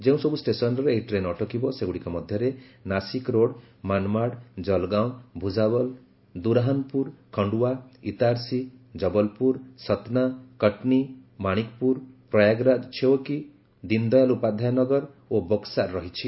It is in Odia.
ଯେଉଁସବୁ ଷ୍ଟେସନ୍ରେ ଏହି ଟ୍ରେନ୍ ଅଟକିବ ସେଗୁଡ଼ିକ ମଧ୍ୟରେ ନାଶିକ୍ ରୋଡ୍ ମାନ୍ମାଡ୍ ଜଲଗାଓଁ ଭୂଷାବଳ ଦୁରହାନ୍ପୁର ଖଣ୍ଡୱା ଇତାର୍ସି ଜବଲପୁର ସତ୍ନା କାଟନୀ ମାଣିକପୁର ପ୍ରୟାଗରାଜ ଛେଓକି ଦିନ୍ଦୟାଲ୍ ଉପାଧ୍ୟାୟ ନଗର ଓ ବକ୍କାର ରହିଛି